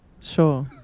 Sure